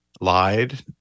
lied